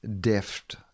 deft